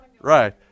Right